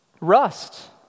Rust